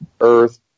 Earth